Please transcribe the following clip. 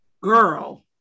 girl